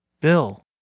Bill